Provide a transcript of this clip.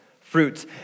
fruits